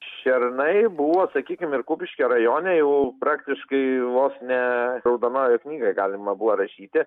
šernai buvo sakykim ir kupiškio rajone jau praktiškai vos ne raudonojoj knygoj galima buvo rašyti